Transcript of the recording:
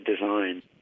design